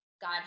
God